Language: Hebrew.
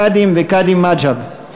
קאדים וקאדים מד'הב.